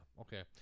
Okay